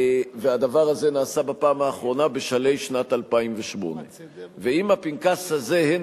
והדבר הזה נעשה בפעם האחרונה בשלהי 2008. עם הפנקס הזה הן